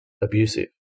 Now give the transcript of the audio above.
abusive